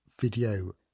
video